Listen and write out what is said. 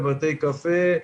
בבתי קפה,